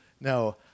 No